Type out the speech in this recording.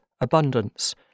abundance